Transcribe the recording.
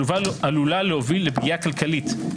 עלולה להוביל לפגיעה כלכלית,